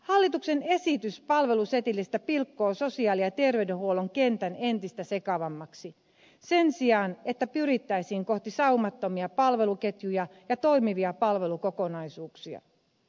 hallituksen esitys palvelusetelistä pilkkoo sosiaali ja terveydenhuollon kentän entistä sekavammaksi sen sijaan että pyrittäisiin kohti saumattomia palveluketjuja ja toimivia palvelukokonaisuuksia